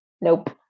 Nope